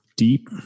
deep